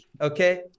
okay